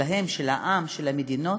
של העם, של המדינות,